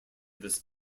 this